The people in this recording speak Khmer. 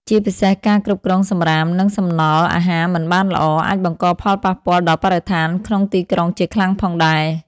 ជាពិសេសការគ្រប់គ្រងសំរាម និងសំណល់អាហារមិនបានល្អ អាចបង្កផលប៉ះពាល់ដល់បរិស្ថានក្នុងទីក្រុងជាខ្លាំងផងដែរ ។